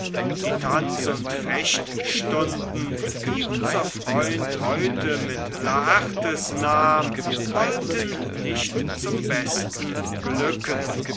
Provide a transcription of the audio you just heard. die tanz und fechtstunden die unser freund heute mit laertes nahm wollten nicht zum besten glücken